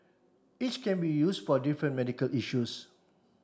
each can be use for different medical issues